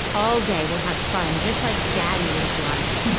all day, we'll have fun, just like daddy would've wanted.